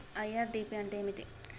IRDP అంటే ఏమిటి?